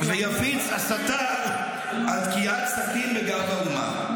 ויפיץ הסתה על תקיעת סכין בגב האומה.